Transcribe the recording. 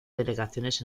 delegaciones